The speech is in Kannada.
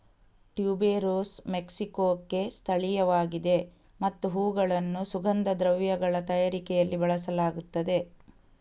ಟ್ಯೂಬೆರೋಸ್ ಮೆಕ್ಸಿಕೊಕ್ಕೆ ಸ್ಥಳೀಯವಾಗಿದೆ ಮತ್ತು ಹೂವುಗಳನ್ನು ಸುಗಂಧ ದ್ರವ್ಯಗಳ ತಯಾರಿಕೆಯಲ್ಲಿ ಬಳಸಲಾಗುತ್ತದೆ